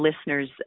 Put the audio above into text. listeners